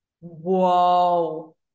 whoa